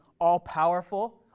all-powerful